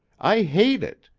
i hate it!